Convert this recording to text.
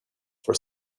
for